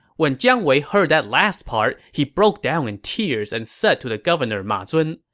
when jiang wei heard that last part, he broke down in tears and said to the governor ma zun,